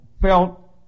felt